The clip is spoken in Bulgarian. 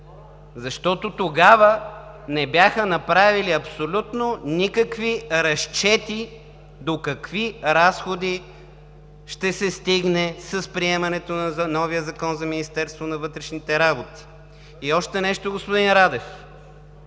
защото тогава не бяха направили абсолютно никакви разчети до какви разходи ще се стигне с приемането на новия Закон за МВР. И още нещо, господин Радев.